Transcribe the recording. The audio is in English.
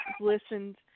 listened